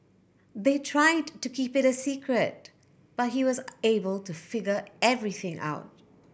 they tried to keep it a secret but he was able to figure everything out